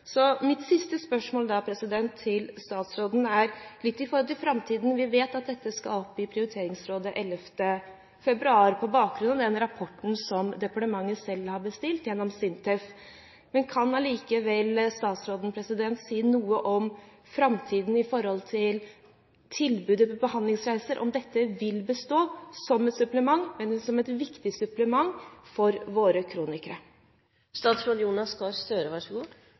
Mitt siste spørsmål til statsråden gjelder framtiden. Vi vet at dette skal opp i prioriteringsrådet 11. februar, på bakgrunn av rapporten som departementet selv har bestilt gjennom SINTEF. Kan likevel statsråden si noe om framtiden når det gjelder tilbudet om behandlingsreiser – om dette vil bestå som et supplement, men et viktig supplement, for våre kronikere? Jeg tror det ligger i det som vi nå har gjort disse dagene – vi har lyttet, og vi har forsøkt å være så